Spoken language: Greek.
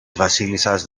βασίλισσας